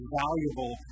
valuable